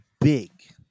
big